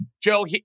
Joe